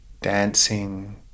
dancing